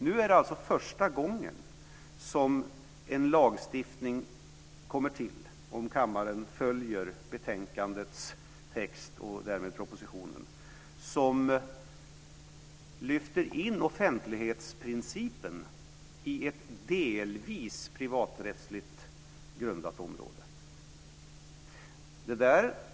Nu är det alltså första gången som en lagstiftning kommer till, om kammaren följer betänkandets text och därmed propositionen, som lyfter in offentlighetsprincipen i ett delvis privaträttsligt grundat område.